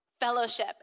fellowship